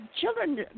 children